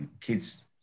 kids